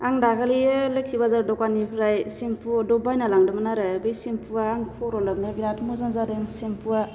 आं दाखालि लोखि बाजार द'खाननिफ्राइ सेम्पु ड'भ बायना लांदोंमोन आरो बे सेम्पुआ आं खर' लोबनो बिराद मोजां जादों सेम्पुआ